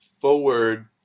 forward